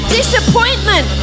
disappointment